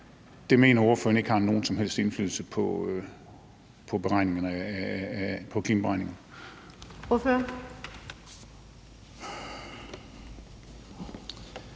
mener ordføreren ikke, at det har nogen som helst indflydelse på klimaberegningerne?